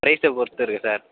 பிரைஸை பொருத்திருக்கு சார்